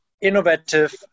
Innovative